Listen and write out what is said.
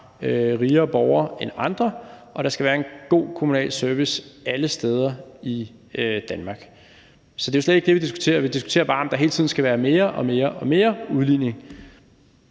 selvfølgelig sådan, at der skal være en god kommunal service alle steder i Danmark. Så det er jo slet ikke det, vi diskuterer. Vi diskuterer bare, om der hele tiden skal være mere og mere og